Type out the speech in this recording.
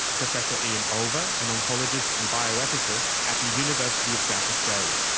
professor ian olver, an oncologist and bioethicist at the university of south australia.